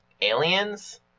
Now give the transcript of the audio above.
Aliens